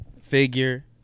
figure